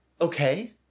okay